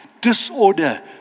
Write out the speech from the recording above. disorder